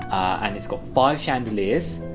and it's got five chandeliers,